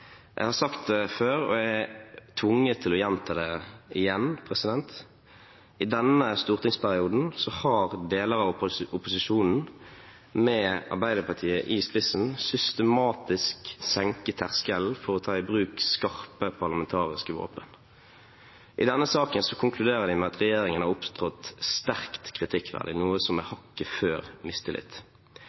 Jeg har sagt det før, og jeg er tvunget til å gjenta det: I denne stortingsperioden har deler av opposisjonen, med Arbeiderpartiet i spissen, systematisk senket terskelen for å ta i bruk skarpe parlamentariske våpen. I denne saken konkluderer de med at regjeringen har opptrådt sterkt kritikkverdig, noe som er hakket før mistillit.